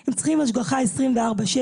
הם צריכים השגחה 24/7,